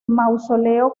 mausoleo